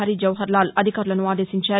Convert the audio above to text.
హరిజవహర్లాల్ అధికారులను ఆదేశించారు